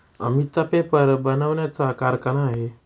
अमितचा पेपर बनवण्याचा कारखाना आहे